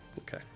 Okay